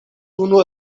unu